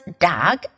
dog